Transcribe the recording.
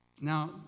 Now